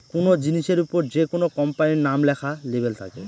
কোনো জিনিসের ওপর যেকোনো কোম্পানির নাম লেখা লেবেল থাকে